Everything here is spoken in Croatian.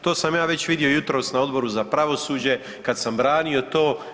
To sam ja već vidio jutros na Odboru za pravosuđe kad sam branio to.